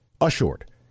assured